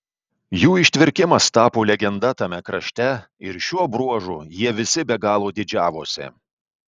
jų ištvirkimas tapo legenda tame krašte ir šiuo bruožu jie visi be galo didžiavosi